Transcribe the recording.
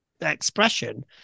expression